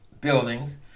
buildings